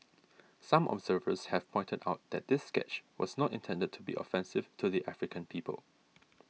some observers have pointed out that this sketch was not intended to be offensive to the African people